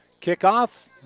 Kickoff